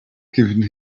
giving